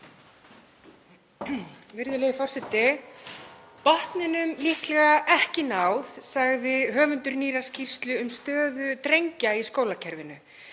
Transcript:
Virðulegi forseti. Botninum líklega ekki náð, sagði höfundur nýrrar skýrslu um stöðu drengja í skólakerfinu.